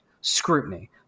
scrutiny